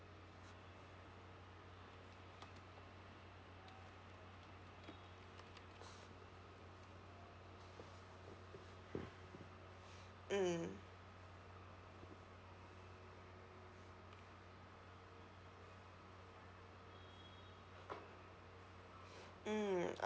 mm mm